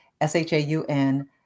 S-H-A-U-N